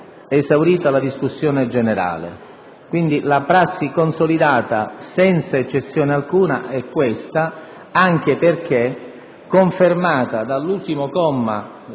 esaurita la discussione generale. Quindi, la prassi consolidata, ribadisco senza eccezione alcuna, è questa, anche perché confermata dal comma